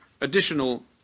additional